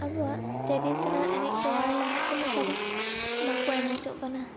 ᱟᱵᱚᱣᱟᱜ ᱴᱮᱰᱤᱥᱮᱱᱟᱞ ᱮᱱᱮᱡ ᱫᱚ ᱟᱨ ᱞᱟᱦᱟ ᱛᱮ ᱞᱮᱠᱟ ᱫᱚ ᱵᱟᱠᱚ ᱮᱱᱮᱡᱚᱜ ᱠᱟᱱᱟ